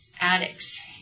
Addicts